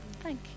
Thank